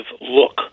look